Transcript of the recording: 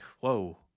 Whoa